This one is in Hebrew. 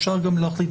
אפשר גם להחליט,